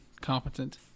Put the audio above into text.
competent